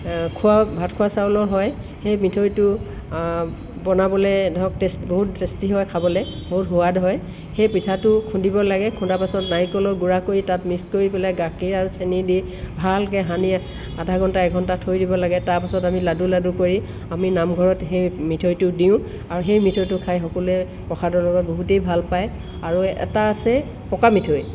খোৱা ভাত খোৱা চাউলৰ হয় সেই মিঠৈটো বনাবলৈ ধৰক টেষ্ট বহুত টেষ্টি হয় খাবলৈ বহুত সোৱাদ হয় সেই পিঠাটো খুন্দিব লাগে খুন্দাৰ পাছত নাৰিকলৰ গুড়া কৰি তাত মিক্স কৰি পেলাই গাখীৰ আৰু চেনি দি ভালকৈ সানি আধাঘণ্টা একঘণ্টা থৈ দিব লাগে তাৰপাছত আমি লাডু লাডু কৰি আমি নামঘৰত সেই মিঠৈটো দিওঁ আৰু সেই মিঠৈটো খাই সকলোৱে প্ৰসাদৰ লগত বহুতেই ভাল পায় আৰু এটা আছে পকা মিঠৈ